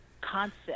concept